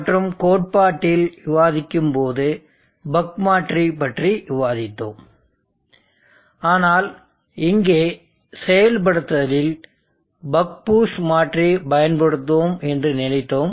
மற்றும் கோட்பாட்டில் விவாதிக்கும் போது பக் மாற்றி பற்றி விவாதித்தோம் ஆனால் இங்கே செயல்படுத்தலில் பக் பூஸ்ட் மாற்றி பயன்படுத்துவோம் என்று நினைத்தோம்